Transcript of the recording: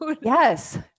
Yes